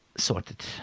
sorted